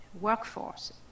Workforce